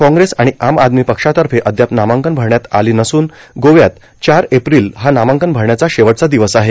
काँग्रेस आणि आम आदमी पक्षातर्फे अद्याप नामांकन भरण्यात आली नसून गोव्यात चार एप्रिल हा नामांकन भरण्याचा शेवटचा दिवस आहे